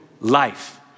life